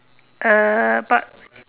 uh but